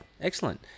Excellent